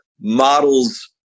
models